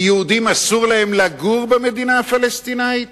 כי יהודים אסור להם לגור במדינה הפלסטינית?